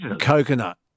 coconut